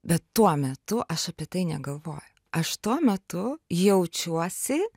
bet tuo metu aš apie tai negalvoj aš tuo metu jaučiuosi